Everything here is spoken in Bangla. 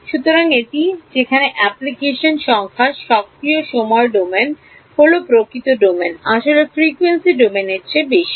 সুতরাং এটি যেখানে অ্যাপ্লিকেশন সংখ্যা সক্রিয় সময় ডোমেন হল প্রাকৃতিক ডোমেন আসলে ফ্রিকোয়েন্সি ডোমেনের চেয়ে বেশি